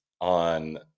on